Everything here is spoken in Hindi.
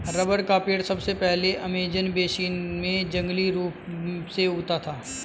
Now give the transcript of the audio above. रबर का पेड़ सबसे पहले अमेज़न बेसिन में जंगली रूप से उगता था